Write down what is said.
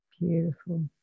Beautiful